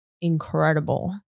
incredible